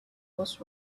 was